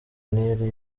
ntiyari